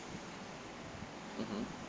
mmhmm